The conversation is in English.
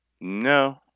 No